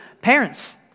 parents